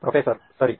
professor ಸರಿ